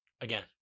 again